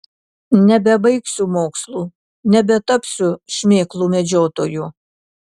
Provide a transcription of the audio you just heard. nebebaigsiu mokslų nebetapsiu šmėklų medžiotoju